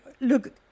look